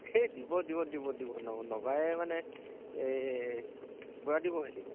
এই দিব দিব দিব দিব নগাই মানে এই পুৰা দিব সিহঁতি